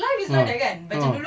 ah ah